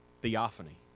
theophany